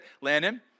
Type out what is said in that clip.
Landon